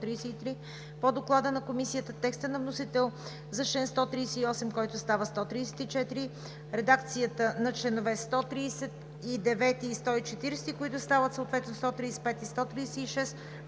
по Доклада на Комисията; текста на вносител за чл. 138, който става чл. 134; редакцията на членове 139 и 140, които стават съответно членове 135